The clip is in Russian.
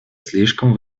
слишком